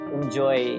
enjoy